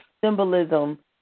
symbolism